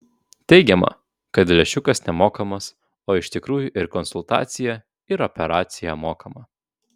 teigiama kad lęšiukas nemokamas o iš tikrųjų ir konsultacija ir operacija mokama